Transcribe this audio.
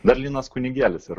dar linas kunigėlis yra